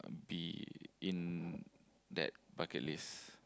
be in that bucket list